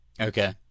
Okay